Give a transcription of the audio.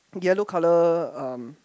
yellow colour um